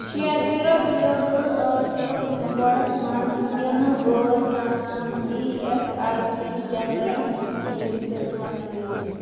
شےٚ zero zero زٕ ٲٹھ زیٖرَو پِن کوڈس مَنٛز یِنہٕ وٲلۍ تمام اِی ایس آئۍ سی سینٛٹرن ہُنٛد لِسٹ بنٲوِو